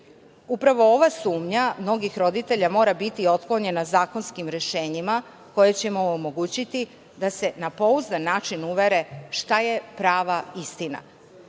ova sumnja mnogih roditelja mora biti otklonjena zakonskim rešenjima koja će im omogućiti da se na pouzdan način uvere šta je prava istina. Ja